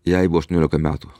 jei buvo aštuoniolika metų